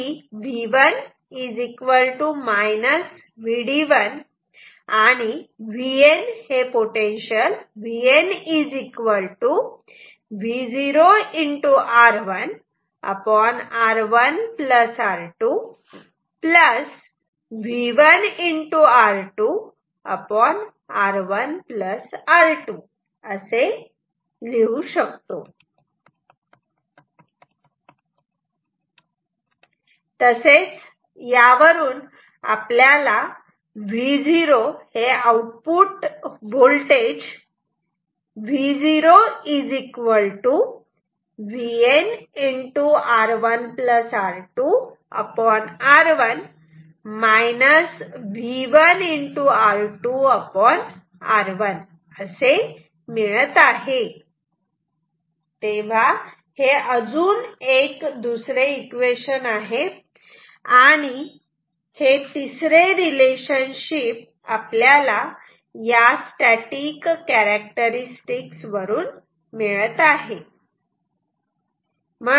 V1 Vd1 VN Vo R1R1R2 V1 R2R1R2 Vo VN R1R2R1 V1 R2R1 तेव्हा हे अजून एक दुसरे इक्वेशन आहे आणि हे तिसरे रिलेशनशिप स्टॅटिक कॅरेक्टरस्टिक्स वरून मिळत आहे